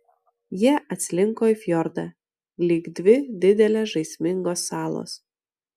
jie atslinko į fjordą lyg dvi didelės žaismingos salos